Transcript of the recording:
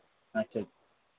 अच्छा